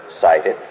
cited